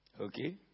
Okay